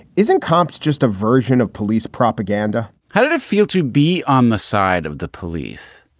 isn't cops just a version of police propaganda? how did it feel to be on the side of the police?